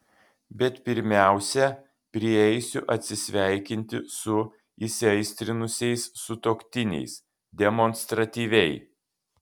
bet pirmiausia prieisiu atsisveikinti su įsiaistrinusiais sutuoktiniais demonstratyviai